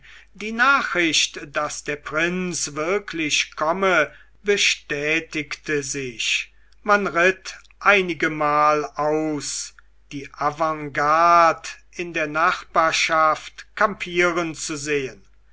die nachricht daß der prinz wirklich komme bestätigte sich man ritt einigemal aus die avantgarde in der nachbarschaft kampieren zu sehen